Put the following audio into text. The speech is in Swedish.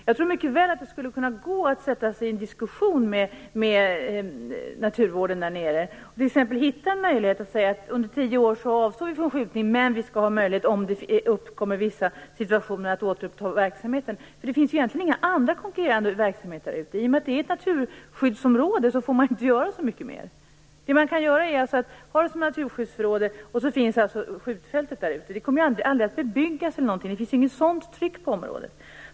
Jag tror att det mycket väl skulle kunna gå att sätta sig i en diskussion med naturvården där nere och hitta en möjlighet genom att t.ex. säga att man under tio år avstår från skjutning, men att man skall ha möjlighet, om vissa situationer uppkommer, att återuppta verksamheten. Det finns ju egentligen inga andra konkurrerande verksamheter där ute. I och med att detta är ett naturskyddsområde får man ju inte göra så mycket mera. Det man kan göra är alltså att ha området som naturskyddsområde medan skjutfältet finns där ute. Området kommer ju aldrig att bebyggas eller något sådant eftersom det inte finns något sådant tryck på området.